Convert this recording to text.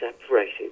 separated